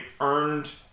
earned